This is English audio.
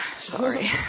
Sorry